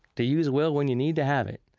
to use will when you need to have it.